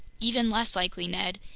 even less likely, ned.